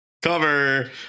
Cover